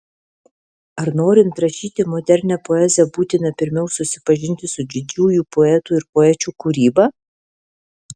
ar norint rašyti modernią poeziją būtina pirmiau susipažinti su didžiųjų poetų ir poečių kūryba